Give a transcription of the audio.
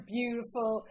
beautiful